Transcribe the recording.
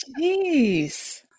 Jeez